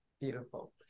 Beautiful